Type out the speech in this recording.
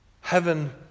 heaven